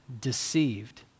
deceived